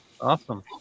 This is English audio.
Awesome